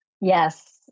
yes